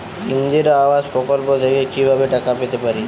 ইন্দিরা আবাস প্রকল্প থেকে কি ভাবে টাকা পেতে পারি?